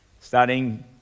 starting